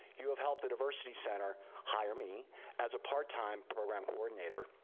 you have helped the diversity center hire me as a part-time program coordinator.